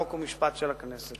חוק ומשפט של הכנסת.